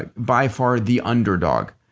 like by far the underdog.